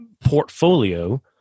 portfolio